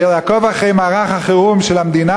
כדי לעקוב אחרי מערך החירום של המדינה,